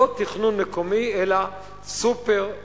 לא תכנון מקומי אלא "סופר-טנקר".